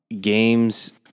Games